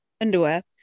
underwear